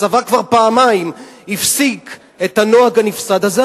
הצבא כבר פעמיים הפסיק את הנוהג הנפסד הזה,